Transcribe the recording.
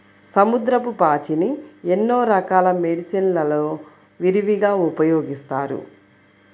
సముద్రపు పాచిని ఎన్నో రకాల మెడిసిన్ లలో విరివిగా ఉపయోగిస్తారు